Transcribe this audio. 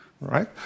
right